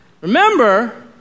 remember